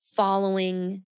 following